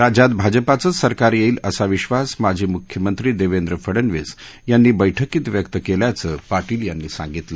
राज्यात भाजपाचंच सरकार येईल असा विश्वास माजी मृख्यमंत्री देवेंद्र फडणवीस यांनी बैठकीत व्यक्त केल्याचं पाटील यांनी सांगितलं